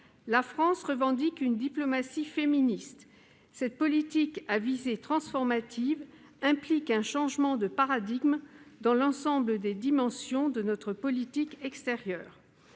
La France revendique une diplomatie féministe. Cette politique à visée transformative implique un changement de paradigme dans l'ensemble des dimensions de notre politique extérieure.